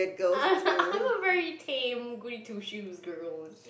I'm a very tamed goody two shoes girl